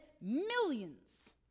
millions